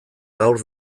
gaur